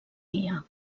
guia